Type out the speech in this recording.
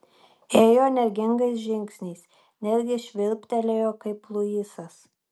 ėjo energingais žingsniais netgi švilptelėjo kaip luisas